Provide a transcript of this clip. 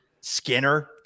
skinner